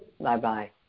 Bye-bye